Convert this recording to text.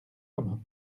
commun